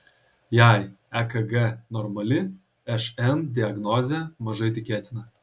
jei ekg normali šn diagnozė mažai tikėtina